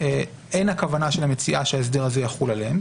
אין הכוונה של המציעה שההסדר הזה יחול עליהם.